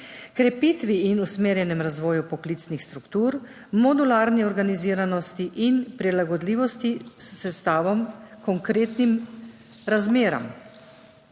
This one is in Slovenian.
krepitvi in usmerjenem razvoju poklicnih struktur, modularni organiziranosti in prilagodljivosti sestavov konkretnim razmeram.